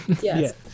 Yes